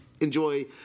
enjoy